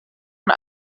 und